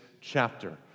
chapter